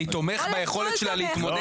אני תומך ביכולת שלה להתמודד.